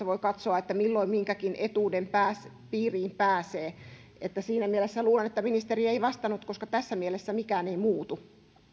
voi katsoa milloin minkäkin etuuden piiriin pääsee siinä mielessä luulen että ministeri ei vastannut koska tässä mielessä mikään ei muutu